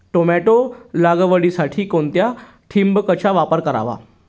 Tomato लागवडीसाठी कोणत्या ठिबकचा वापर करावा?